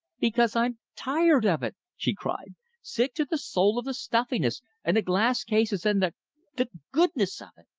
because i'm tired of it! she cried sick to the soul of the stuffiness, and the glass cases, and the the goodness of it!